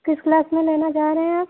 किस क्लास में लेना चाह रहे हैं आप